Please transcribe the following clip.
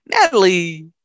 Natalie